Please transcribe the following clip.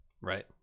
right